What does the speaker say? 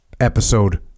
episode